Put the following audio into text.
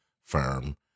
firm